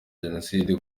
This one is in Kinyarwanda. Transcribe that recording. jenoside